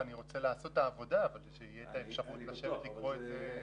אני רוצה לעשות את העבודה אבל שתהיה האפשרות לשבת לקרוא את זה.